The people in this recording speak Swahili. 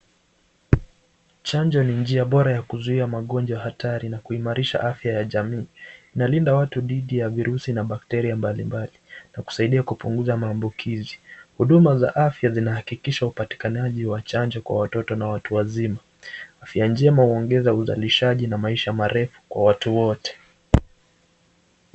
Chanjo ni njia bora ya kuzuia magonjwa hatari na kuimarisha afya ya jamii, Inalinda watu dhidi ya virusi na bakteria mbalimbali na klusaidia kupunguza maambukizi. Huduma za afya zinahakikisha upatikanaji wa chanjo kwa watoto na watu wazima. Afya njema huongeza uzalishaji na maisha marefu kwa watu wote.